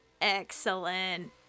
Excellent